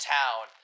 town